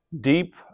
deep